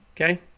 okay